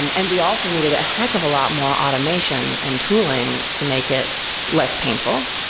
um and we also needed a heck of a lot more automation and tooling to make it less painful.